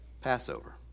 Passover